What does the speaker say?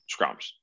scrums